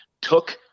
took